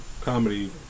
comedy